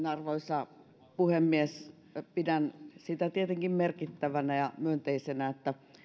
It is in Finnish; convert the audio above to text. arvoisa puhemies pidän sitä tietenkin merkittävänä ja myönteisenä sinänsä että